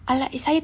alasan saya